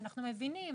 אנחנו מבינים